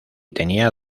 tenía